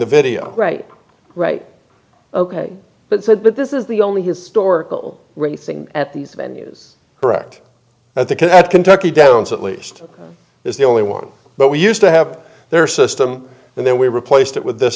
the video right right ok but said but this is the only historical racing at these venues correct that the can at kentucky downs at least is the only one but we used to have their system and then we replaced it with this